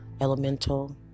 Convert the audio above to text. elemental